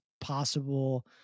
possible